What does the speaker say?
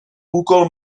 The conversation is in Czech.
úkol